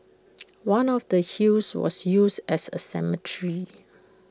one of the hills was used as A cemetery